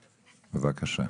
בבקשה.